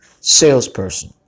salesperson